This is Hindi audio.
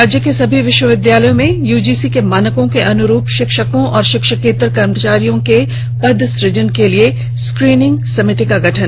राज्य के सभी विश्वविद्यालय में यूजीसी के मानकों के अनुरूप शिक्षकों और शिक्षकेत्तर कर्मियों के पद सूजन के लिए स्क्रीनिंग समिति का गठन